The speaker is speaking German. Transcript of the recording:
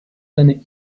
seine